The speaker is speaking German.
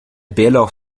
bärlauch